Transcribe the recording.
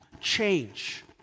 change